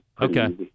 Okay